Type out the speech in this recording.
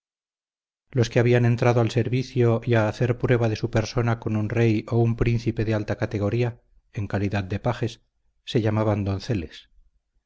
los que habían entrado al servicio y a hacer prueba de su persona con un rey o un príncipe de alta categoría en calidad de pajes se llamaban donceles